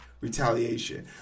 retaliation